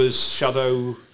shadow